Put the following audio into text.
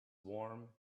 warm